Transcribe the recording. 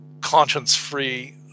conscience-free